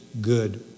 good